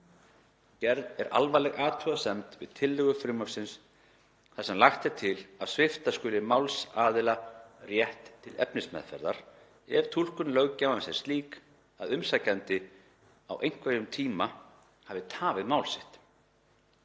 Gerð er alvarleg athugasemd við tillögu frumvarpsins þar sem lagt er til að svipta skuli málsaðila rétt til efnismeðferðar ef túlkun löggjafans er slík að „umsækjandi á einhverjum tíma að hafa tafið mál sitt“.